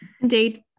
Indeed